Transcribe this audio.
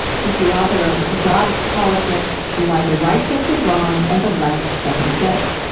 he's the author of god's politics why the right gets it wrong and the left doesn't get it.